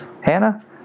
Hannah